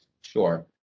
Sure